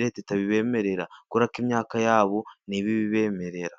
leta itabemerera, kuka imyaka yabo ntiba ibibemerera.